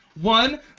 One